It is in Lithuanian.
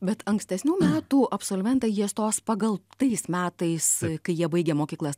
bet ankstesnių metų absolventai jie stos pagal tais metais kai jie baigė mokyklas